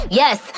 yes